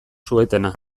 suetena